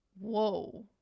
Whoa